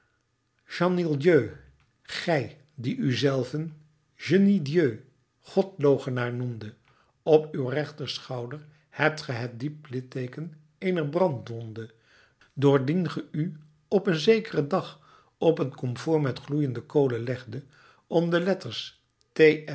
gij die u zelven je nie dieu godloochenaar noemdet op uw rechterschouder hebt ge het diep litteeken eener brandwonde doordien ge u op zekeren dag op een komfoor met gloeiende kolen legdet om de letters